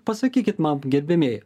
pasakykit man gerbiamieji